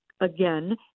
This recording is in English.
again